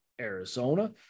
Arizona